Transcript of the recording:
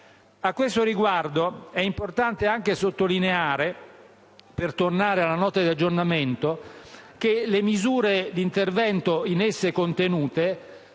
A tale riguardo è importante anche sottolineare, per tornare alla Nota di aggiornamento, che le misure d'intervento in essa contenute